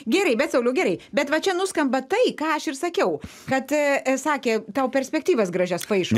gerai bet sauliau gerai bet va čia nuskamba tai ką aš ir sakiau kad sakė tau perspektyvas gražias paišo